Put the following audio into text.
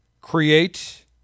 create